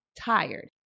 tired